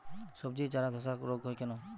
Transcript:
সবজির চারা ধ্বসা রোগ কেন হয়?